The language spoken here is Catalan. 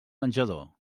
menjador